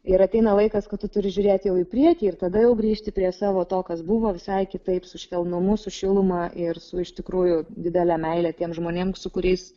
ir ateina laikas kad tu turi žiūrėti jau į priekį ir tada jau grįžti prie savo to kas buvo visai kitaip su švelnumu su šiluma ir su iš tikrųjų didele meile tiems žmonėms su kuriais